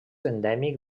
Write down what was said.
endèmic